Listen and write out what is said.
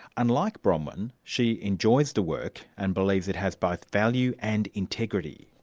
unlike bronwyn, she enjoys the work and believes it has both value and integrity.